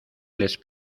les